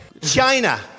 China